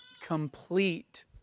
complete